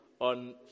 on